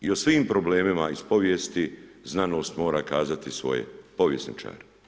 I o svim problemima iz povijesti, znanost mora kazati svoje povjesničare.